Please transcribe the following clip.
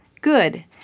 Good